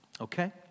Okay